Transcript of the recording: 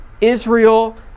Israel